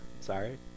Sorry